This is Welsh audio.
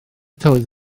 tywydd